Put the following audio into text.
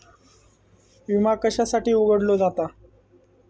विमा कशासाठी उघडलो जाता?